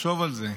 תחשוב על זה.